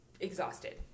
exhausted